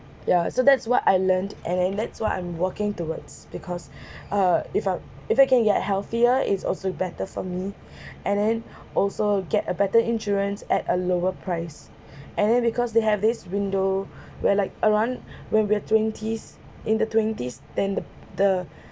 ya so that's what I learned and then that's what I'm working towards because uh if I if I can get healthier it's also better for me and then also get a better insurance at a lower price and then because they have this window where like around when we are twenties in the twenties then the the